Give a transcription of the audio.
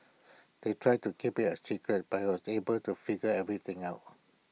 they tried to keep IT A secret but was able to figure everything out